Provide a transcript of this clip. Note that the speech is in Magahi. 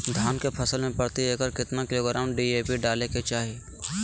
धान के फसल में प्रति एकड़ कितना किलोग्राम डी.ए.पी डाले के चाहिए?